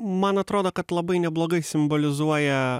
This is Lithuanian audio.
man atrodo kad labai neblogai simbolizuoja